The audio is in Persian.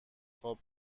خواب